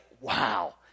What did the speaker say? wow